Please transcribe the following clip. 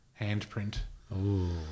handprint